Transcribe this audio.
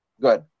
Good